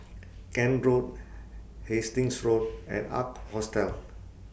Kent Road Hastings Road and Ark Hostel